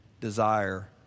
desire